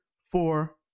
four